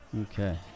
Okay